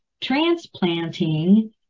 transplanting